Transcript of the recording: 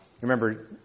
Remember